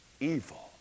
evil